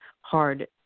hard